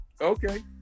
Okay